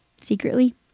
secretly